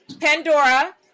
pandora